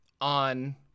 on